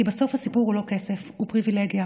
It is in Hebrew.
כי בסוף הסיפור הוא לא כסף, הוא פריבילגיה,